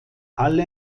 alle